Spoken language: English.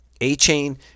A-chain